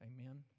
Amen